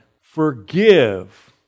forgive